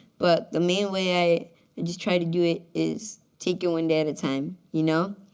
but the main way i just try to do it is taking one day at a time, you know?